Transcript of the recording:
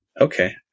Okay